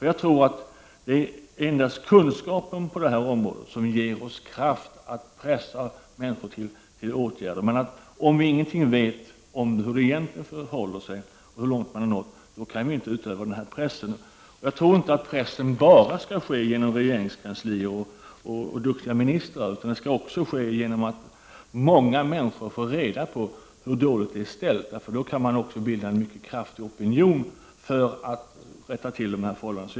Jag tror att det endast är kunskap på detta område som ger oss kraft att pressa människor till åtgärder. Om vi ingenting vet om hur det egentligen förhåller sig och om hur långt man har nått, kan vi inte utöva denna press. Jag tror inte att pressen bara skall ske genom regeringens kansli och duktiga ministrar. Den skall också ske genom att många människor får reda på hur dåligt det är ställt. Då kan man också bilda en mycket kraftig opinion för att rätta till dessa förhållanden.